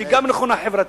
שהיא גם נכונה חברתית,